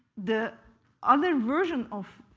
the other version of